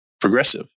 progressive